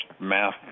math